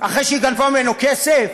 אחרי שהיא גנבה ממנו כסף?